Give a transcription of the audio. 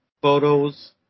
photos